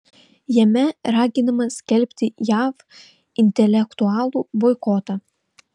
jame raginama skelbti jav intelektualų boikotą